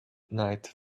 night